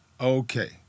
Okay